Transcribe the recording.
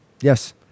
Yes